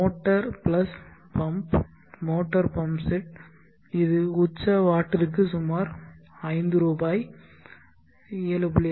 motor plus pump motor pump set இது உச்ச வாட்டிற்கு சுமார் ஐந்து ரூபாய் 7